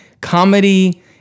comedy